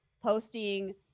posting